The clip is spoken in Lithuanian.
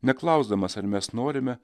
ne klausdamas ar mes norime